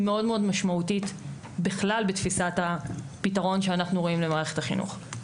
מאוד מאוד משמעותית בכלל בתפיסת הפתרון שאנחנו רואים למערכת החינוך.